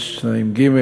(2)(ג),